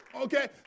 Okay